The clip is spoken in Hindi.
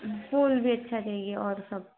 हम् फूल भी अच्छा चाहिए और सब